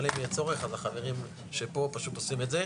אבל אם יהיה צורך אז החברים שפה פשוט עושים את זה.